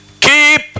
Keep